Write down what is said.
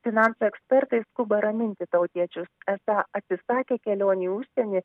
finansų ekspertai skuba raminti tautiečius esą atsisakę kelionių į užsienį